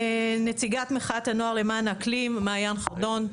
נציגת מחאת הנוער למען האקלים, מעין חרדון.